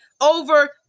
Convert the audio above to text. over